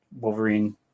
Wolverine